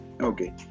okay